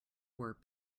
were